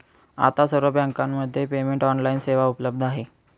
आता सर्व बँकांमध्ये पेमेंट ऑनलाइन सेवा उपलब्ध आहे